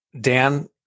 Dan